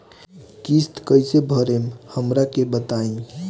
किस्त कइसे भरेम हमरा के बताई?